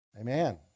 Amen